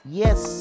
yes